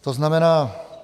To znamená...